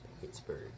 Pittsburgh